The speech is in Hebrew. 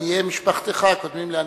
ועניי משפחתך קודמים לעניי,